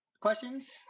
questions